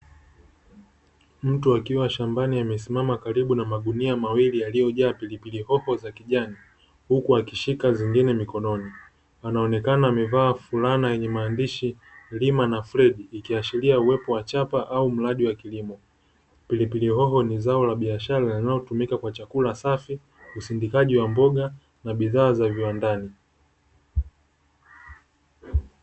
Mtu akiwa shambani amesimama karibu na magunia mawili, yaliyojaa pilipili hoho za kijani huku akishika zingine mikononi. Anaonekana amevaa fulana yenye maandishi lima na Fred ikiashiria uwepo wa chapa au mradi wa kilimo. Pilipili hoho ni zao la biashara na linalo tumika kwa chakula safi, usindikaji wa mboga na bidhaa za viwandani.